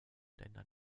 ländern